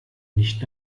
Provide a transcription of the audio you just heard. nicht